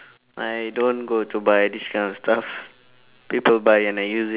I don't go to buy this kind of stuff people buy and I use it